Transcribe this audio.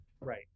Right